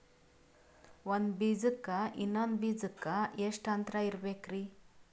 ಒಂದ್ ಬೀಜಕ್ಕ ಇನ್ನೊಂದು ಬೀಜಕ್ಕ ಎಷ್ಟ್ ಅಂತರ ಇರಬೇಕ್ರಿ?